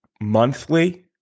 monthly